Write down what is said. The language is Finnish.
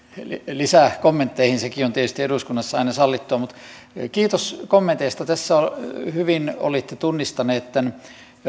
lisäkommentteihin sekin on tietysti eduskunnassa aina sallittua mutta kiitos kommenteista tässä hyvin olitte tunnistaneet tämän